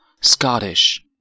Scottish